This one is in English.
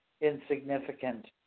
insignificant